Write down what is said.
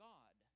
God